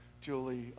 Julie